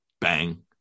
bang